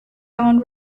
own